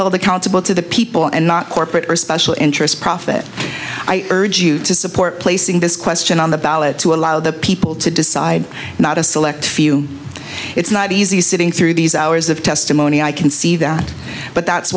accountable to the people and not corporate special interests profit i urge you to support placing this question on the ballot to allow the people to decide not a select few it's not easy sitting through these hours of testimony i can see that but that's